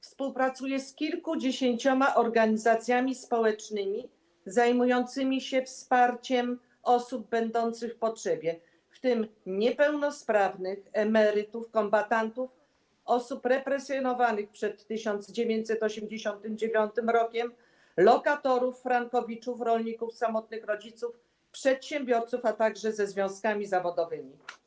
Współpracuje z kilkudziesięcioma organizacjami społecznymi zajmującymi się wsparciem osób będących w potrzebie, w tym niepełnosprawnych, emerytów, kombatantów, osób represjonowanych przed 1989 r., lokatorów, frankowiczów, rolników, samotnych rodziców, przedsiębiorców, a także ze związkami zawodowymi.